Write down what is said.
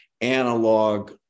analog